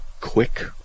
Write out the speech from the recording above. quick